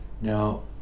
Now